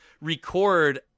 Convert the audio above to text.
record